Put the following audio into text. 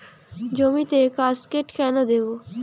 জমিতে কাসকেড কেন দেবো?